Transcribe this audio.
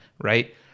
right